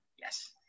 yes